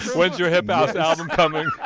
when's your hip house album coming?